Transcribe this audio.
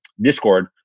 discord